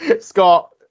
Scott